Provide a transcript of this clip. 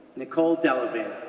nicole delevan.